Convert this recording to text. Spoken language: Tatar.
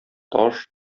таш